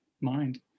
mind